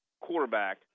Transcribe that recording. quarterback